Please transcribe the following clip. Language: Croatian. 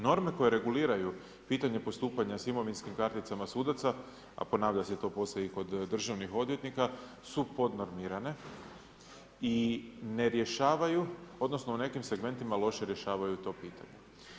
Norme koje reguliraju pitanje postupanja sa imovinskim karticama sudaca, a ponavlja se to poslije i kod državnih odvjetnika su podnormirane i ne rješavaju, odnosno u nekim segmentima loše rješavaju to pitanje.